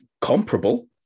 comparable